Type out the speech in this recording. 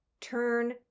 Turn